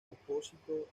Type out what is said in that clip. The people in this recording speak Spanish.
propósito